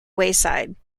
wayside